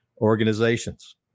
Organizations